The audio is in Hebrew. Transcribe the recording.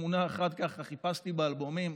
חיפשתי באלבומים